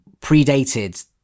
predated